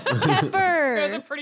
Pepper